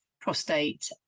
prostate